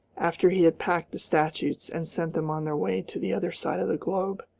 after he had packed the statues, and sent them on their way to the other side of the globe,